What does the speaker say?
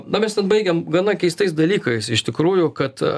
na mes ten baigėm gana keistais dalykais iš tikrųjų kad